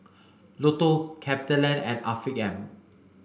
Lotto CapitaLand and Afiq M